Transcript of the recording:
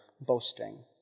boasting